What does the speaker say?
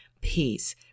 peace